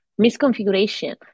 Misconfiguration